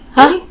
!huh!